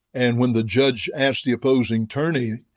and when the judge asked the opposing attorney,